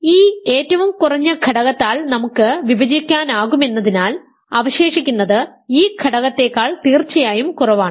ഈ ഏറ്റവും കുറഞ്ഞ ഘടകത്താൽ നമുക്ക് വിഭജിക്കാനാകുമെന്നതിനാൽ അവശേഷിക്കുന്നത് ഈ ഘടകത്തേക്കാൾ തീർച്ചയായും കുറവാണ്